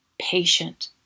patient